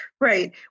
Right